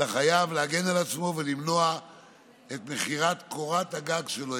לחייב להגן על עצמו ולמנוע את מכירת קורת הגג שלו,